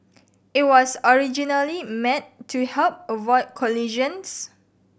it was originally meant to help avoid collisions